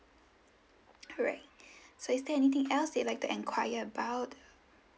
correct so is there anything else that you'll like to enquire about